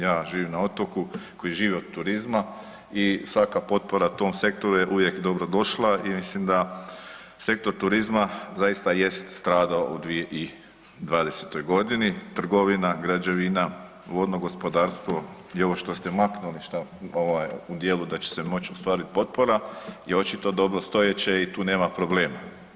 Ja živim na otoku koji živi od turizma i svaka potpora tom sektoru je uvijek dobrodošla i mislim da sektor turizma zaista jest stradao u 2020. godini trgovina, građevina, vodno gospodarstvo i ovo što ste maknuli šta ovaj u dijelu da će se moći ostvariti potpora je očito dobrostojeće i tu nema problema.